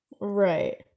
right